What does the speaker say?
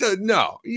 no